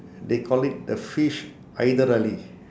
they call it the fish haider ali